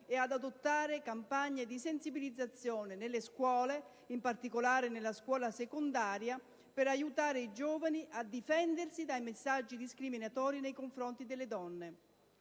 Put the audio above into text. e ad adottare campagne di sensibilizzazione nelle scuole, in particolare nella scuola secondaria, per aiutare i giovani a difendersi dai messaggi discriminatori nei confronti delle donne